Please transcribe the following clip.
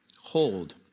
hold